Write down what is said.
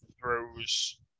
throws